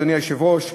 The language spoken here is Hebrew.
אדוני היושב-ראש,